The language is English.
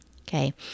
okay